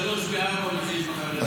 פי שלושה ופי ארבעה ממה שיש בחרדים.